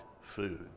food